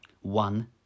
One